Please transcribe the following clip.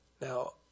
Now